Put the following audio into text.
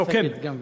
היא מייצגת גם וגם.